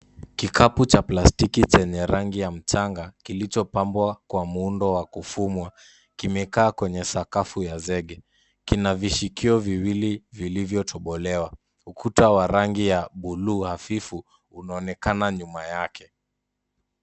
Kikapu cha plastiki chenye rangi ya mchanga kilichopambwa kwa muundo wa kufumwa kimekaa kwenye sakafu ya zege. Kina vishikio viwili vilivyotobolewa. Ukuta wa rangi ya bluu hafifu unaonekana nyuma yake.